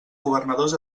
governadors